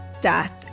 Death